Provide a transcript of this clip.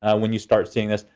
when you start seeing this.